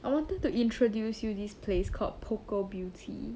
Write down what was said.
I wanted to introduce you this place called poco beauty